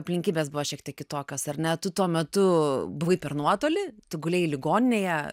aplinkybės buvo šiek tiek kitokios ar ne tu tuo metu buvai per nuotolį tu gulėjai ligoninėje